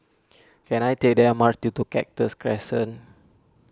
can I take the M R T to Cactus Crescent